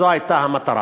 זו הייתה המטרה.